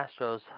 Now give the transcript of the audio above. Astros